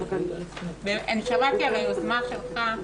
אני שמעתי על היוזמה שלך,